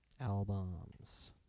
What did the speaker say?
Albums